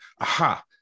aha